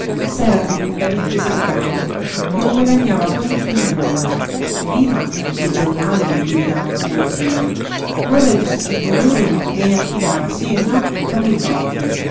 s'era tremendamente seccato non guadagnava quasi piú nulla prima i giornali glieli davano a dozzine ora il distributore gliene affidava sí e no poche copie